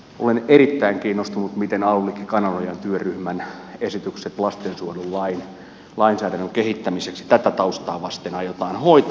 olen erittäin kiinnostunut miten aulikki kananojan työryhmän esitykset lastensuojelulainsäädännön kehittämiseksi tätä taustaa vasten aiotaan hoitaa